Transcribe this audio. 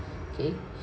okay